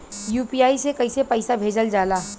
UPI से कइसे पैसा भेजल जाला?